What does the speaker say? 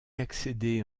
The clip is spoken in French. accéder